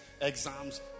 exams